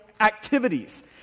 activities